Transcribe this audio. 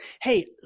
Hey